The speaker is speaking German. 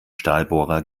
stahlbohrer